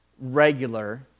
regular